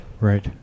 Right